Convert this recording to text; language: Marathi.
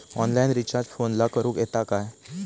ऑनलाइन रिचार्ज फोनला करूक येता काय?